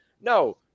no